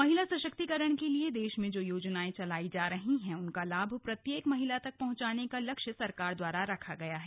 महिला सशक्तीकरण के लिए देश में जो योजनाएं चलाई जा रही हैं उनका लाभ प्रत्येक महिला तक पहुंचाने का लक्ष्य सरकार द्वारा रखा गया है